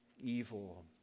evil